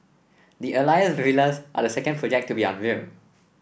the Alias Villas are the second project to be unveiled